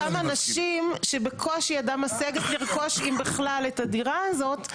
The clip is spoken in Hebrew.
שאותם אנשים שבקושי ידם משגת לרכוש אם בכלל את הדירה הזאת,